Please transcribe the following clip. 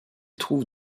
trouve